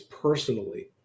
personally